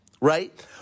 right